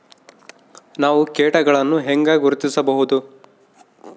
ನಾವು ಕೇಟಗಳನ್ನು ಹೆಂಗ ಗುರ್ತಿಸಬಹುದು?